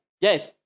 Yes